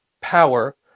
power